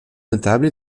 notable